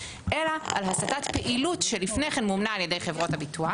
אלא על הסטת פעילות שלפני כן מומנה על ידי חברות הביטוח,